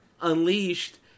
Unleashed